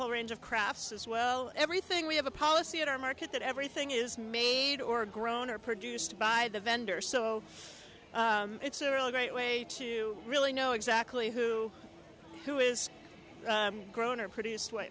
whole range of crafts as well everything we have a policy in our market that everything is made or grown or produced by the vendor so it's a great way to really know exactly who who is grown or produce